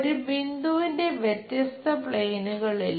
ഒരു ബിന്ദുവിന്റെ വ്യത്യസ്ത പ്ലെയിനുകളിലെ